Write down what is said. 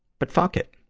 but fuck it,